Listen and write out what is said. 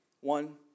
One